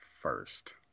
first